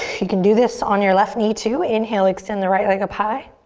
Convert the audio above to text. you can do this on your left knee too. inhale, extend the right leg up high.